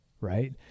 right